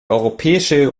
europäische